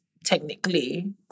technically